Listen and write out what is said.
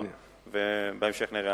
ובהמשך נראה.